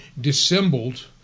dissembled